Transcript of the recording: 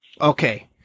okay